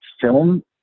film